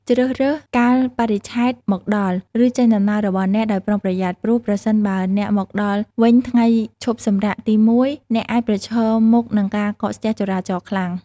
ជ្រើសរើសកាលបរិច្ឆេទមកដល់ ឬចេញដំណើររបស់អ្នកដោយប្រុងប្រយ័ត្ន ព្រោះ ប្រសិនបើអ្នកមកដល់វិញថ្ងៃឈប់សម្រាកទីមួយ អ្នកអាចប្រឈមមុខនឹងការកកស្ទះចរាចរណ៍ខ្លាំង។